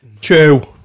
True